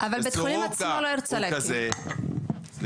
וסורוקה הוא כזה --- אבל בית החולים עצמו לא ירצה להקים.